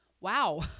wow